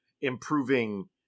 improving